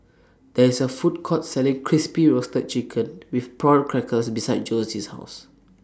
There IS A Food Court Selling Crispy Roasted Chicken with Prawn Crackers beside Josie's House